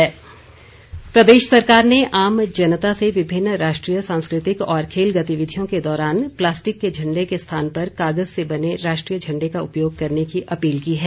राष्ट्रीय ध्वज प्रदेश सरकार ने आम जनता से विभिन्न राष्ट्रीय सांस्कृतिक और खेल गतिविधियों के दौरान प्लास्टिक के झण्डे के स्थान पर कागज से बने राष्ट्रीय झण्डे का उपयोग करने की अपील की है